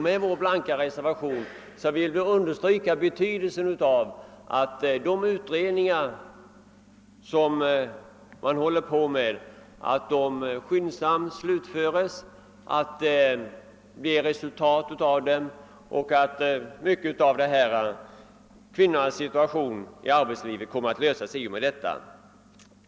Med vår blanka reservation vill vi andra understryka betydelsen av att de utredningar, som man håller på med, skyndsamt slutförs, så att det blir resultat av dem, varigenom frågorna kring kvinnans situation i arbetslivet inte minst i glesbygderna kommer närmare sin lösning.